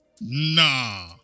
nah